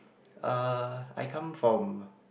uh I come from